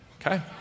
Okay